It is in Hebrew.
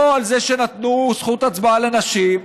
לא על זה שנתנו זכות הצבעה לנשים,